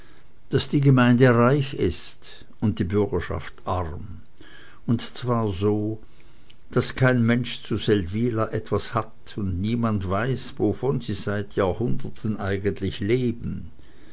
daß die gemeinde reich ist und die bürgerschaft arm und zwar so daß kein mensch zu seldwyla etwas hat und niemand weiß wovon sie seit jahrhunderten eigentlich leben